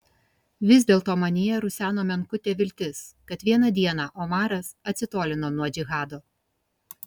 vis dėlto manyje ruseno menkutė viltis kad vieną dieną omaras atsitolino nuo džihado